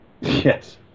Yes